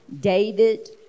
David